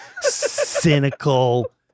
cynical